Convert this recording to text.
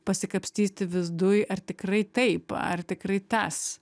pasikapstyti viduj ar tikrai taip ar tikrai tas